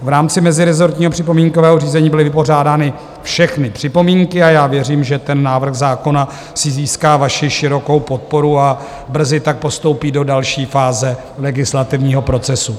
V rámci mezirezortního připomínkového řízení byly vypořádány všechny připomínky a já věřím, že návrh zákona si získá vaši širokou podporu a brzy tak postoupí do další fáze legislativního procesu.